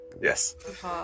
Yes